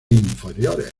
inferiores